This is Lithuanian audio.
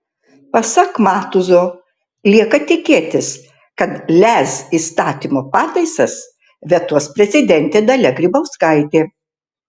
pasak matuzo lieka tikėtis kad lez įstatymo pataisas vetuos prezidentė dalia grybauskaitė